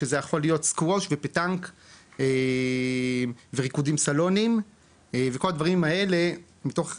שזה יכול להיות סקווש ופטאנק וריקודים סלוניים וכל הדברים האלה מתוך,